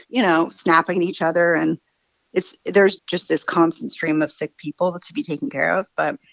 you know, snapping at each other, and it's there's just this constant stream of sick people to be taken care of. but